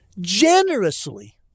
generously